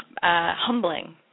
humbling